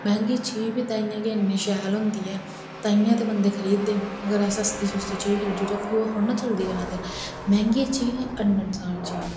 मंहगी चीज बी ताईं गै इन्नी शैल होंदी ऐ ताइयें ते बंदे खरीददे न अगर अस सस्ती चीज खरीदी ओड़चै ओह् थोह्ड़ाैं चलदी ज्यादा देर महंगी चीज हंडन सार चीज होंदी